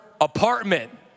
apartment